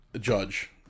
judge